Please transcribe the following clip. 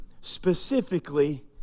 specifically